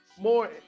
more